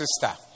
sister